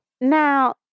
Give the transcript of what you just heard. Now